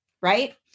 right